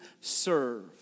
serve